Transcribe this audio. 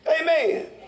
Amen